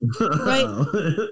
Right